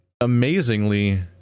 amazingly